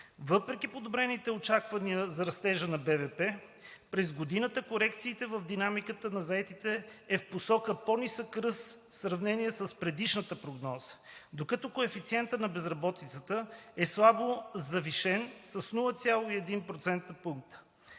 Въпреки подобрените очаквания за растежа на БВП през годината, корекцията в динамиката на заетите е в посока по-нисък ръст в сравнение с предишната прогноза, докато коефициентът на безработица е слабо завишен с 0,1 процентни